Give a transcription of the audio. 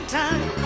time